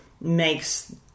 makes